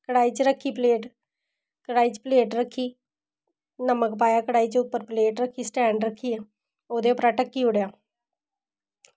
कड़ाई च रक्खी प्लेट कड़ाई च प्लेट रक्खी नमक पाया प्लेट च उप्पर प्लेट रक्खी स्टैंड ओह्दे उप्परा ढक्की ओड़ेआ